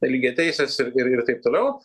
lygiateisės ir ir taip toliau